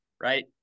right